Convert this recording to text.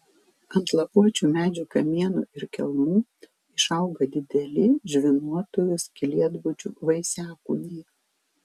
ant lapuočių medžių kamienų ir kelmų išauga dideli žvynuotųjų skylėtbudžių vaisiakūniai